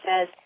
says